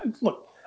Look